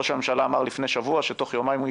ראש הממשלה אמר לפני שבוע שתוך יומיים הוא